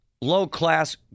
Low-class